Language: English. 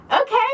okay